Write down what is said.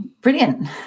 brilliant